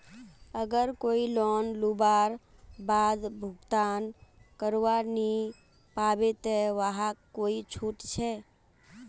अगर कोई लोन लुबार बाद भुगतान करवा नी पाबे ते वहाक कोई छुट छे?